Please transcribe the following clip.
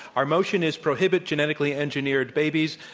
our motion is prohibit genetically engineered babies.